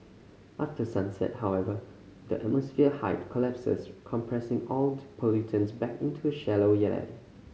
after sunset however the atmosphere height collapses compressing all the pollutants back into a shallow